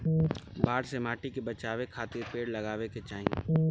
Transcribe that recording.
बाढ़ से माटी के बचावे खातिर पेड़ लगावे के चाही